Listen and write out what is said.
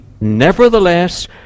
nevertheless